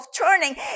turning